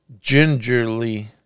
gingerly